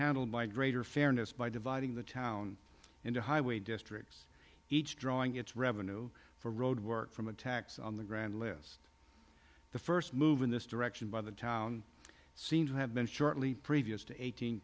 handled by greater fairness by dividing the town into highway districts each drawing its revenue for road work from a tax on the ground less the first move in this direction by the town seem to have been shortly previous to eighteen